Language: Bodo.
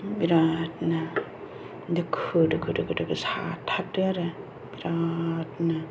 बेरादनो दोखो दोखो साथारदो आरो बिरादनो